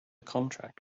contract